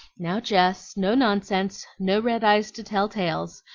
now, jess, no nonsense, no red eyes to tell tales!